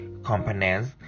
components